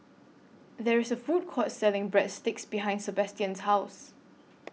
There IS A Food Court Selling Breadsticks behind Sebastian's House